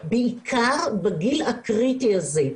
בעיקר בגיל הקריטי הזה.